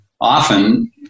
often